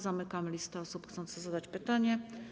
Zamykam listę osób chcących zadać pytanie.